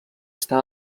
està